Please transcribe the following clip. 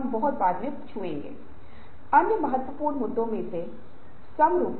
बस एक अवसर के लिए इंतज़ार कर रहे हैं और इस एक का उपयोग करे